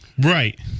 right